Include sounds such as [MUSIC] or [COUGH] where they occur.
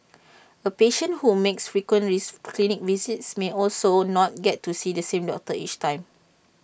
A patient who makes frequent [UNINTELLIGIBLE] clinic visits may also not get to see the same doctor each time